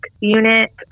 unit